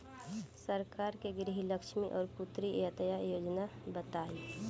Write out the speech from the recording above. सरकार के गृहलक्ष्मी और पुत्री यहायता योजना बताईं?